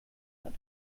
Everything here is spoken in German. hat